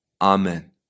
amen